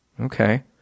Okay